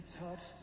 touch